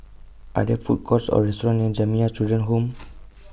Are There Food Courts Or restaurants near Jamiyah Children's Home